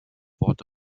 worte